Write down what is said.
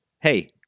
Hey